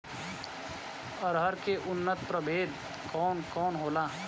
अरहर के उन्नत प्रभेद कौन कौनहोला?